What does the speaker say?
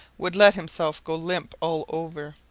would let himself go limp all over.